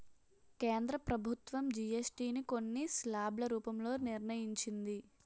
కేంద్ర ప్రభుత్వం జీఎస్టీ ని కొన్ని స్లాబ్ల రూపంలో నిర్ణయించింది